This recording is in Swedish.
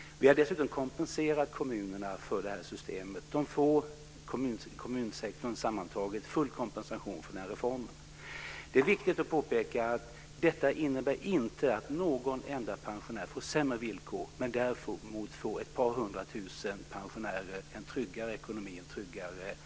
Vi har dessutom kompenserat kommunerna för detta system. Om man ser på kommunsektorn sammantaget ser man att den får full kompensation för reformen. Det är viktigt att påpeka att det inte innebär att någon enda pensionär får sämre villkor. Däremot får ett par hundra tusen pensionärer en tryggare ekonomi och en tryggare äldrevård.